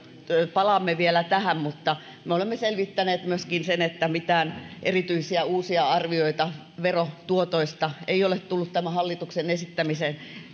palaamme vielä tähän mutta me olemme selvittäneet myöskin sen että mitään erityisiä uusia arvioita verotuotoista ei ole tullut tämän hallituksen